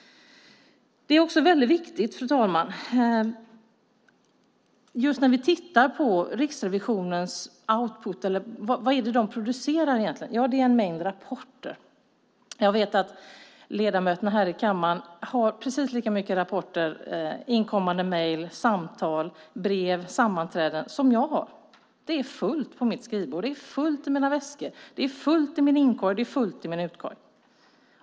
Det är också viktigt, fru talman, att vi tittar på Riksrevisionens output. Vad är det den producerar egentligen? Det är en mängd rapporter. Jag vet att ledamöterna här i kammaren har precis lika mycket rapporter, inkommande mejl, samtal, brev och sammanträden som jag har. Det är fullt på mitt skrivbord, det är fullt i mina väskor och det är fullt i min inkorg och i min utkorg.